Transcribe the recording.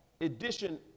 edition